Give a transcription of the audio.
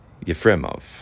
Yefremov